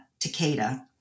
Takeda